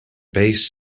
bass